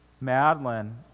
Madeline